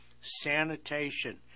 sanitation